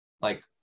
like-